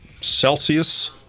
Celsius